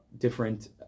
different